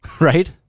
Right